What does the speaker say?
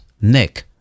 Nick